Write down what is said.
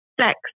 sex